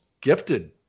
gifted